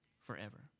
forever